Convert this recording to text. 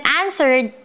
answered